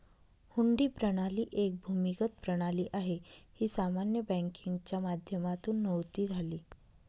हुंडी प्रणाली एक भूमिगत प्रणाली आहे, ही सामान्य बँकिंगच्या माध्यमातून नव्हती झाली